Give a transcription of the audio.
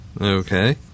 Okay